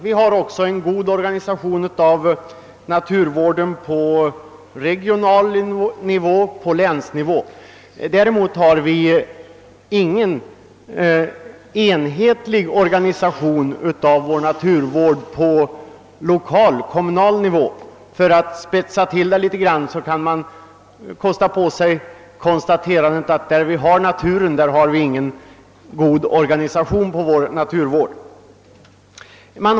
Vi har också en god organisation av naturvården på regional nivå, på länsnivå. Däremot finns det ingen enhetlig organisation av naturvården på lokal, kommunal, nivå. För att spetsa till saken en smula kan man kosta på sig konstaterandet, att där vi har naturen, finns det inte någon god organisation av vår naturvård.